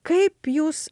kaip jūs